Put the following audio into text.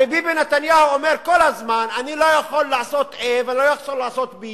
הרי ביבי נתניהו אומר כל הזמן: אני לא יכול לעשות a ולא יכול לעשות b